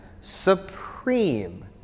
supreme